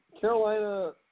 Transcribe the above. Carolina